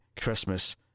Christmas